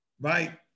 right